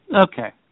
Okay